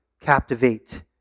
captivate